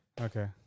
okay